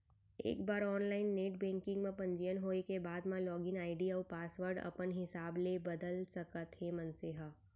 एक बार online net banking म पंजीयन होए के बाद म लागिन आईडी अउ पासवर्ड अपन हिसाब ले बदल सकत हे मनसे ह